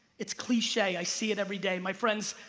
it's cliche, i see it every day. my friends,